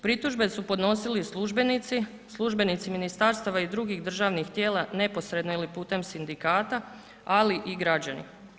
Pritužbe su podnosili službenici, službenici ministarstava i drugih državnih tijela neposredno ili putem sindikata, ali i građani.